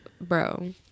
Bro